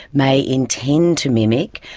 may intend to mimic,